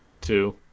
two